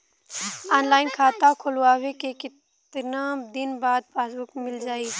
Online खाता खोलवईले के कितना दिन बाद पासबुक मील जाई?